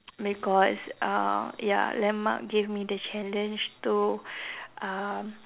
because uh ya landmark gave me the challenge to um